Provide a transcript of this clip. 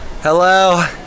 Hello